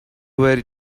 very